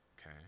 Okay